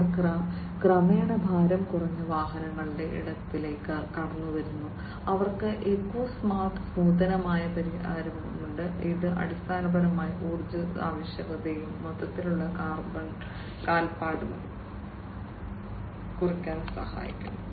അവർ ക്രമേണ ഭാരം കുറഞ്ഞ വാഹനങ്ങളുടെ ഇടത്തിലേക്ക് കടന്നുവരുന്നു അവർക്ക് ഇക്കോ സ്മാർട്ട് നൂതനമായ പരിഹാരമുണ്ട് ഇത് അടിസ്ഥാനപരമായി ഊർജ്ജ ആവശ്യകതയും മൊത്തത്തിലുള്ള കാർബൺ കാൽപ്പാടും കുറയ്ക്കാൻ സഹായിക്കുന്നു